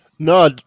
No